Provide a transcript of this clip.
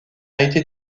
été